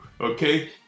Okay